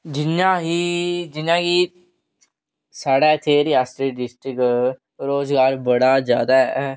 जि'यां ही जि'यां कि साढ़े इत्थै रियासी डिस्ट्रिक च रोजगार बड़ा जैदा ऐ